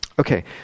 Okay